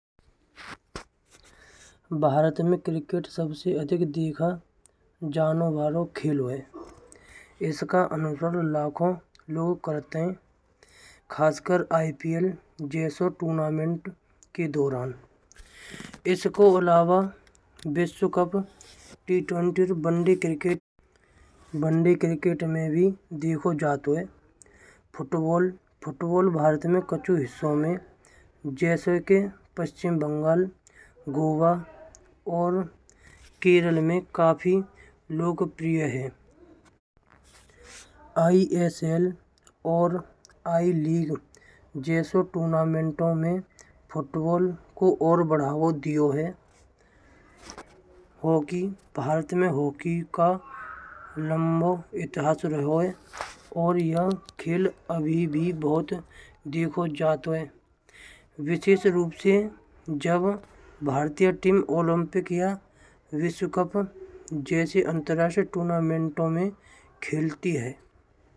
भारत में क्रिकेट सबसे ज्यादा देखो जेन बालो खेल हय। इसका अनुभव लाखों लोग करते हैं। खासकर आईपीएल जैसे टूर्नामेंट के दौरान इसको अलावा विश्व कप, टीट्वेंटी वनडे क्रिकेट में भी देखो जातो हय। फुटबॉल, फुटबॉल भारत में कच्हू हिसन में जैसे कि पश्चिम बंगल गोवा और केरल में। काफी लोग प्रिय हैं। पीएसएल और ए लीग गेसो टूर्नामेंट में फुटबॉल को और बढ़ावा दियो जात है। भारत में हॉकी का लंबा इतिहास रहेगा। और यह खेल अभी भी बहुत देखो जाते हैं। विशेष रूप से जब भारतीय टीम ओलंपिक या विश्व कप जैसे अंतरराष्ट्रीय टूर्नामेंटों में खेलती है।